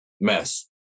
mess